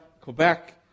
Quebec